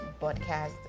podcast